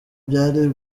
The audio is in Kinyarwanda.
byari